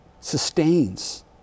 sustains